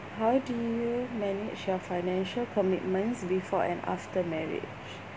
how do you manage your financial commitments before and after marriage